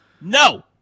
No